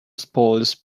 spoils